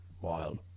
Wild